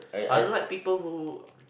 I don't like people who